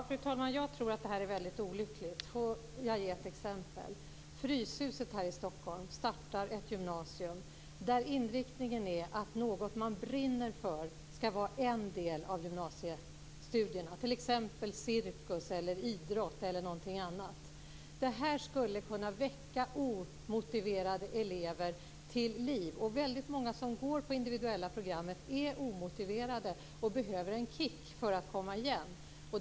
Fru talman! Jag tror att det här är väldigt olyckligt och vill ge ett exempel. Fryshuset i Stockholm startar ett gymnasium där inriktningen är att någonting som man brinner för ska vara en del av gymnasiestudierna - cirkus, idrott eller någonting annat. Det här skulle kunna väcka omotiverade elever till liv. Väldigt många som går på det individuella programmet är omotiverade och behöver en kick för att komma igen.